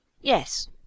Yes